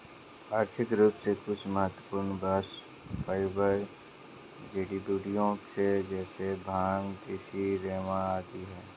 आर्थिक रूप से कुछ महत्वपूर्ण बास्ट फाइबर जड़ीबूटियां है जैसे भांग, तिसी, रेमी आदि है